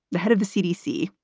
the head of the cdc,